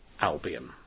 Albion